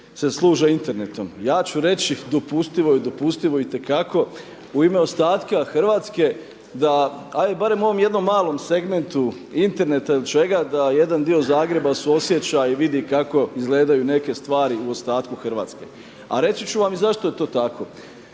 se služe internetom. Ja ću reći dopustivo je itekako u ime ostatka Hrvatske da ajde barem u ovom jednom malom segmentu interneta ili čega da jedan dio Zagreba suosjeća i vidi kako izgledaju neke stvari u ostatku Hrvatske. A reći ću vam i zašto je to tako.